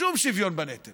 שום שוויון בנטל